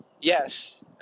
yes